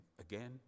again